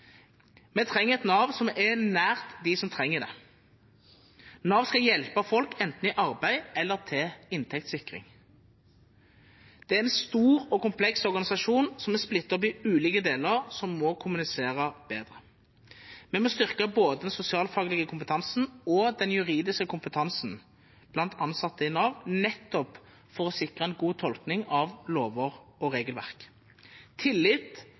Vi trenger et Nav som er nært de som trenger dem. Nav skal hjelpe folk, enten i arbeid eller til inntektssikring. Det er en stor og kompleks organisasjon, som er splittet opp i ulike deler som må kommunisere bedre. Vi må styrke både den sosialfaglige kompetansen og den juridiske kompetansen blant ansatte i Nav, nettopp for å sikre en god tolkning av lover og regelverk. Tillit